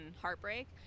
heartbreak